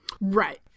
Right